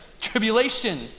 Tribulation